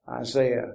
Isaiah